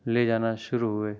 لے جانا شروع ہوئے